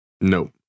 no